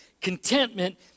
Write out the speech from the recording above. Contentment